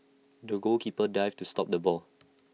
the goalkeeper dived to stop the ball